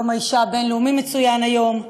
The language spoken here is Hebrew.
יום האישה הבין-לאומי מצוין היום.